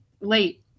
late